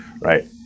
right